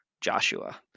Joshua